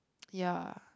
ya